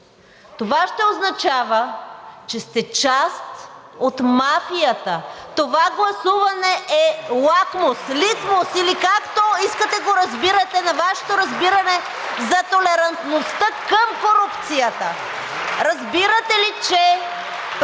това ще означава, че сте част от мафията. Това гласуване е лакмус, литмус или както искате го разбирайте, на Вашето разбиране за толерантността към корупцията. (Ръкопляскания от